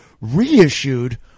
reissued